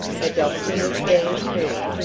the doctor was there, too,